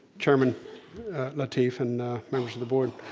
chairman lateef, and members of the board.